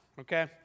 Okay